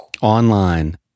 Online